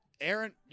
Aaron